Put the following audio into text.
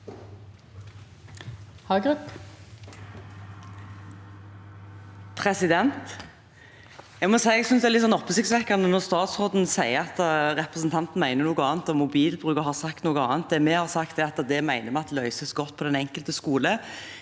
må si jeg synes det er litt oppsiktsvekkende at statsråden sier at representanten mener noe annet om mobilbruk og har sagt noe annet. Det vi har sagt, er at vi mener det løses godt på den enkelte skole